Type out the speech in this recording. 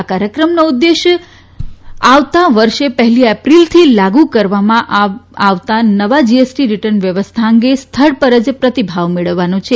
આ કાર્યક્રમનો ઉદેશ આજના વર્ષે પહેલી એપ્રિલથી લાગુ કરવામાં આવતા નવી જીએસટી રીટર્ન વ્યવસ્થા અંગે સ્થળ પર જ પ્રતિભાવ મેળવવાનો છે